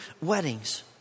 weddings